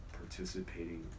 participating